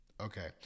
Okay